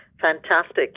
fantastic